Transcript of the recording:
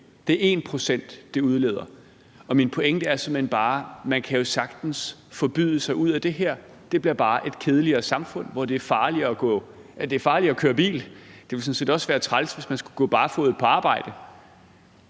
Køkkenredskaber udleder 1 pct. Min pointe er simpelt hen bare, at man sagtens kan forbyde sig ud af det her, det bliver bare et kedeligere samfund, hvor det er farligt at køre bil. Det ville sådan set også være træls, hvis man skulle gå barfodet på arbejde.